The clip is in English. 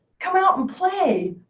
come out and play!